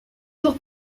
jours